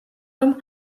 რომ